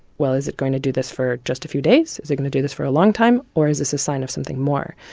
well, is it going to do this for just a few days, is it going to do this for a long time, or is this a sign of something more?